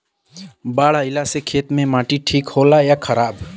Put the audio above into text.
बाढ़ अईला से खेत के माटी ठीक होला या खराब?